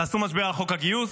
תעשו משבר על חוק הגיוס,